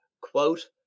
quote